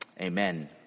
Amen